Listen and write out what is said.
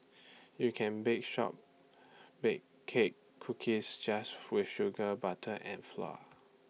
you can bake shortbread cake cookies just with sugar butter and flour